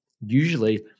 usually